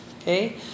Okay